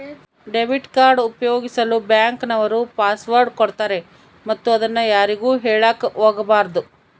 debit card ಉಪಯೋಗಿಸಲು bank ನವರು password ಕೊಡ್ತಾರೆ ಮತ್ತು ಅದನ್ನು ಯಾರಿಗೂ ಹೇಳಕ ಒಗಬಾರದು